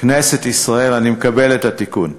כנסת ישראל, אני מקבל את התיקון.